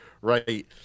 right